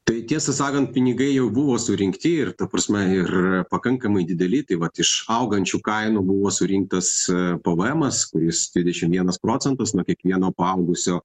tai tiesą sakant pinigai jau buvo surinkti ir ta prasme ir pakankamai dideli tai vat iš augančių kainų buvo surinktas p v emas kuris trisdešimt vienas procentas nuo kiekvieno apaugusio